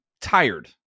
tired